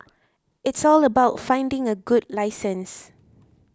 it's all about finding a good licensee